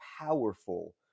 powerful